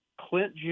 Clint